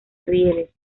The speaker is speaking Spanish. rieles